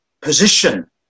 position